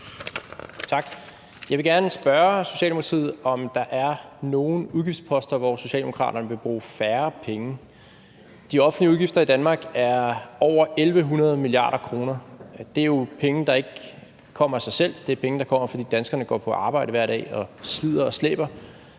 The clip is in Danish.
Tak. Jeg vil gerne spørge Socialdemokratiet, om der er nogen udgiftsposter, hvor Socialdemokratiet vil bruge færre penge. De offentlige udgifter i Danmark er på over 1.100 mia. kr., og det er jo penge, der ikke kommer af sig selv – det er penge, der kommer, fordi danskerne går på arbejde hver dag og slider og slæber